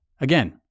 again